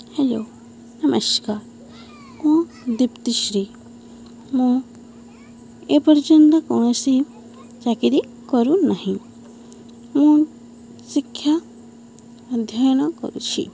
hello ନମସ୍କାର ମୁଁ ଦୀପ୍ତିଶ୍ରୀ ମୁଁ ଏପର୍ଯ୍ୟନ୍ତ କୌଣସି ଚାକିରି କରୁନାହିଁ ମୁଁ ଶିକ୍ଷା ଅଧ୍ୟୟନ କରୁଛି